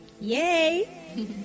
Yay